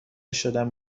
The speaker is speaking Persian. شدم